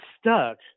stuck